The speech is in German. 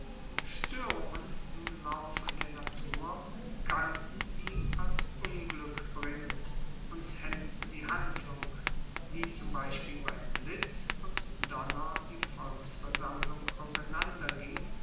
stoerungen im laufe der natur galten ihm als unglueckbringend und hemmten die handlung wie zum beispiel bei blitz und donner die volksversammlung